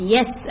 Yes